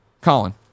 Colin